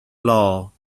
law